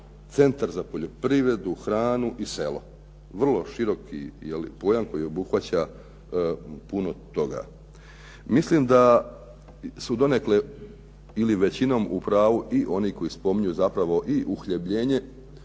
centar za poljoprivredu, hranu i selo. Vrlo široki pojam koji obuhvaća puno toga. Mislim da su donekle ili većinom u pravu i oni koji spominju zapravo i uhljebljene